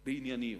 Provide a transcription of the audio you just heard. בענייניות,